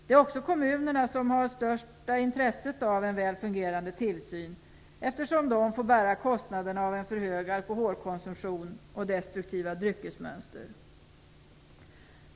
Det är också kommunerna som har största intresset av en väl fungerande tillsyn, eftersom de får bära kostnaderna av en för hög alkoholkonsumtion och destruktiva dryckesmönster.